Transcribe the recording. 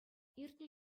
иртнӗ